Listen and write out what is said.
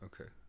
okay